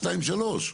שניים שלוש.